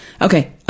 Okay